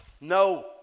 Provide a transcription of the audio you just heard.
No